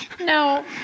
No